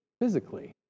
physically